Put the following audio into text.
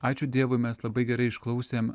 ačiū dievui mes labai gerai išklausėm